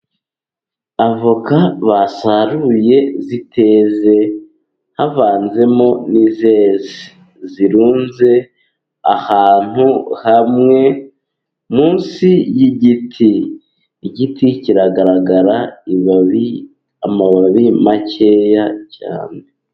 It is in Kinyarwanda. Avoka basaruye ziteze havanzemo n'izeze, zirunze ahantu hamwe munsi y'igiti. Igiti kiragaragara ibabi, amababi makeya cyane.